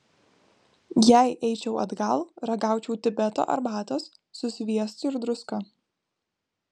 jei eičiau atgal ragaučiau tibeto arbatos su sviestu ir druska